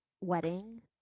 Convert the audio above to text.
wedding